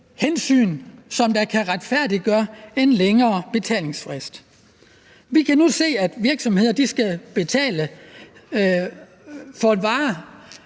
hensyn, som kan retfærdiggøre en længere betalingsfrist. Vi kan nu se, at virksomheder skal betale for en vare